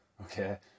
okay